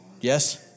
Yes